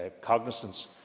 cognizance